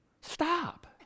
Stop